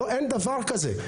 אין דבר כזה.